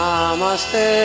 Namaste